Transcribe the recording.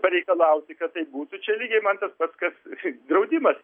pareikalauti kad taip būtų čia lygiai man tas pats kas draudimas